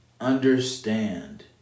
understand